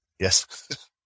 Yes